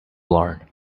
learn